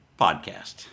Podcast